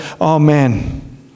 amen